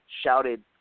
shouted